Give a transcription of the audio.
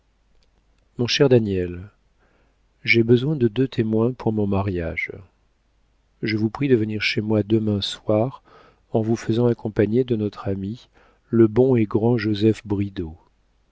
mon cher daniel j'ai besoin de deux témoins pour mon mariage je vous prie de venir chez moi demain soir en vous faisant accompagner de notre ami le bon et grand joseph bridau